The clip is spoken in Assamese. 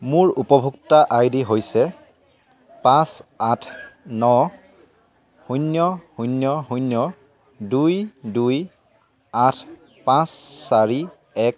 মোৰ উপভোক্তা আই ডি হৈছে পাঁচ আঠ ন শূন্য শূন্য শূন্য দুই দুই আঠ পাঁচ চাৰি এক